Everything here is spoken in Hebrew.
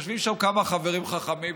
יושבים שם כמה חברים חכמים.